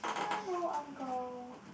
hello uncle